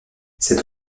cet